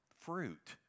fruit